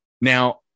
now